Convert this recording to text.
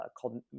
called